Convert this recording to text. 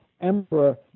emperor